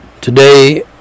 Today